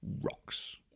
rocks